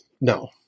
no